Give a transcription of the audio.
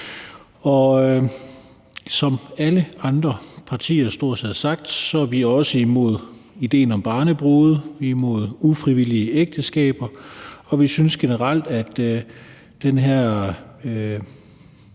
set alle andre partier er vi også imod idéen om barnebrude, vi er imod ufrivillige ægteskaber, og generelt er den her